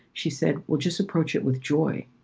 she said, we'll just approach it with joy.